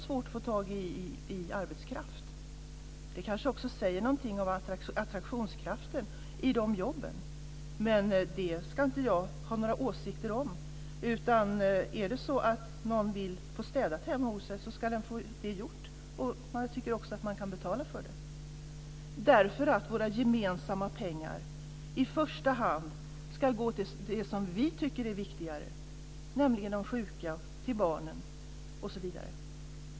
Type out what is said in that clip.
Det säger kanske också någonting om attraktionskraften i dessa jobb, men det ska jag inte ha några åsikter om. Är det så att någon vill ha städat hemma hos sig, ska man få det gjort, men jag tycker att man kan betala för det. Våra gemensamma pengar ska i första hand gå till det som vi tycker är viktigare, nämligen till de sjuka, de gamla och barnen.